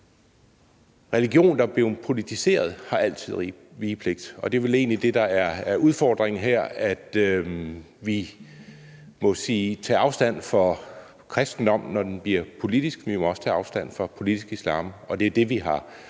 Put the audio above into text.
religion, der er blevet politiseret, har altid vigepligt. Og det er vel egentlig det, der er udfordringen her, nemlig at vi må sige, at vi tager afstand fra kristendommen, når den bliver politisk, og vi må også tage afstand fra politisk islam. Og det er jo det, vi har